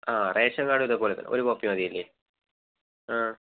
ആ ration card ഇതേപോലെ ഒരു കോപ്പി മതീല്ലെ ആ